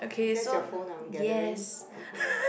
that's your phone I'm on gathering okay